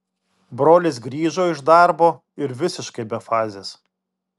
brolis grįžo iš darbo ir visiškai be fazės